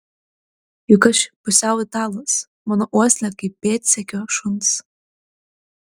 juk aš pusiau italas mano uoslė kaip pėdsekio šuns